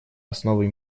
основы